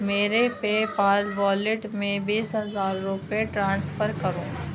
میرے PayPal wallet میں بیس ہزار روپے ٹرانسفر کرو